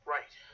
Right